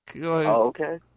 okay